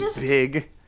big